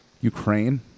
ukraine